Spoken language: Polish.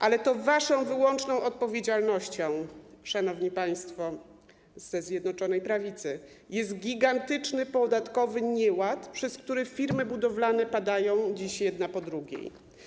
Ale to waszą wyłączną odpowiedzialnością, szanowni państwo ze Zjednoczonej Prawicy, jest gigantyczny podatkowy nieład, przez który firmy budowlane padają dziś jedna po drugiej.